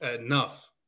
enough